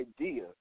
idea